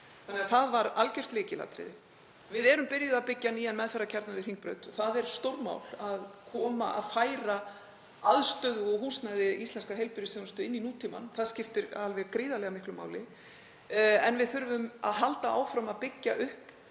Það var algjört lykilatriði. Við erum byrjuð að byggja nýjan meðferðarkjarna við Hringbraut. Það er stórmál að færa aðstöðu og húsnæði íslenskrar heilbrigðisþjónustu inn í nútímann. Það skiptir alveg gríðarlega miklu máli. En við þurfum að halda áfram að byggja upp